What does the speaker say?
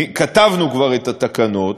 כתבנו כבר את התקנות.